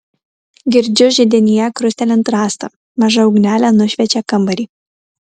girdžiu židinyje krustelint rastą maža ugnelė nušviečia kambarį